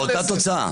זה אותה תוצאה.